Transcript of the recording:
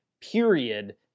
period